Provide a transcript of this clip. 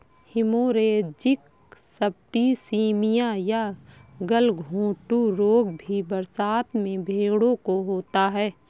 haemorrhagic septicaemia या गलघोंटू रोग भी बरसात में भेंड़ों को होता है